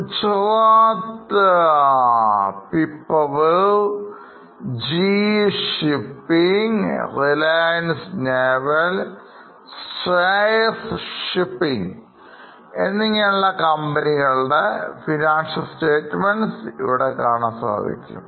Gujarat Pipavav GE shipping Reliance Naval Shreyas shipping ഇങ്ങനെയുള്ള കമ്പനികളുടെ Finnacial statements ഇവിടെ കാണാൻ സാധിക്കും